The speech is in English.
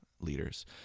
leaders